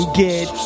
get